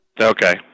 Okay